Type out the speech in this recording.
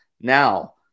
Now